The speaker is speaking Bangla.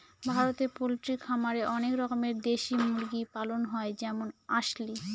ভারতে পোল্ট্রি খামারে অনেক রকমের দেশি মুরগি পালন হয় যেমন আসিল